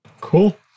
Cool